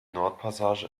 nordpassage